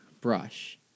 brush